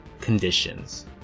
conditions